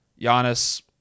Giannis